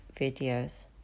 videos